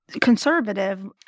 conservative